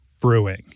brewing